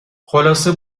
خلاصه